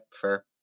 fair